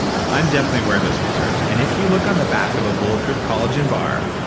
i'm definitely aware of this research, and if you look on the back of a bulletproof collagen bar,